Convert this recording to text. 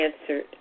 answered